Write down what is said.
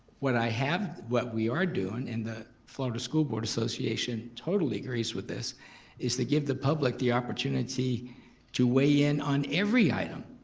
what i have, what we are doing, and the florida school board association totally agrees with this is to give the public the opportunity to weigh in on every item.